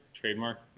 Trademark